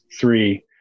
three